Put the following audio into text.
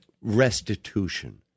restitution